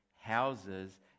houses